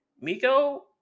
Miko